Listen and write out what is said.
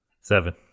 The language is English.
Seven